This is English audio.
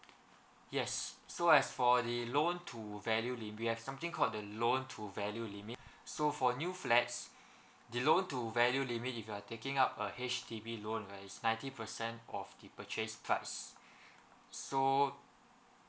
yes so as for the loan to value lim~ we have something called the loan to value limit so for new flats the loan to value limit if you are taking up a H_D_B loan right it's ninety percent of the purchase price so